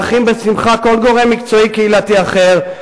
מארחים בשמחה כל גורם מקצועי קהילתי אחר.